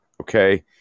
Okay